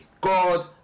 God